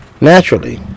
naturally